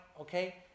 Okay